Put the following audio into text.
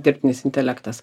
dirbtinis intelektas